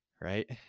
right